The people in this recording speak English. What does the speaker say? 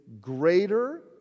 greater